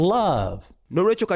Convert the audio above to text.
love